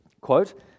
quote